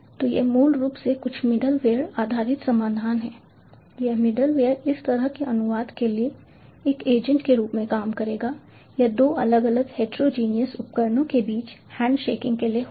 तो यह मूल रूप से कुछ मिडलवेयर आधारित समाधान है यह मिडलवेयर इस तरह के अनुवाद के लिए एक एजेंट के रूप में काम करेगा या दो अलग अलग हेटेरोजेनेस उपकरणों के बीच हैंड शेकिंग के लिए होगा